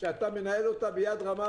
שאתה מנהל אותה ביד רמה,